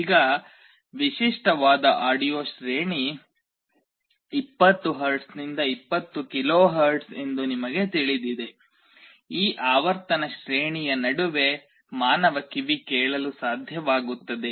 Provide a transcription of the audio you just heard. ಈಗ ವಿಶಿಷ್ಟವಾದ ಆಡಿಯೊ ಶ್ರೇಣಿ 20 Hz ನಿಂದ 20 KHz ಎಂದು ನಿಮಗೆ ತಿಳಿದಿದೆ ಈ ಆವರ್ತನ ಶ್ರೇಣಿಯ ನಡುವೆ ಮಾನವ ಕಿವಿ ಕೇಳಲು ಸಾಧ್ಯವಾಗುತ್ತದೆ